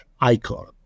icon